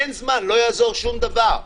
אין זמן, לא יעזור שום דבר.